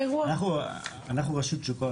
אנחנו רשות שוק ההון,